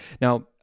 Now